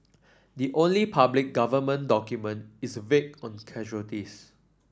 the only public government document is vague on casualties